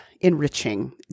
enriching